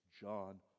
John